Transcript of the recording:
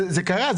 זה קרה.